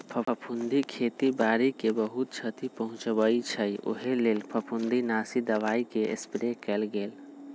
फफुन्दी खेती बाड़ी के बहुत छति पहुँचबइ छइ उहे लेल फफुंदीनाशी दबाइके स्प्रे कएल गेल